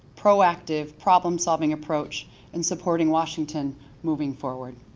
proactive, problem-solving approach in supporting washington moving forward.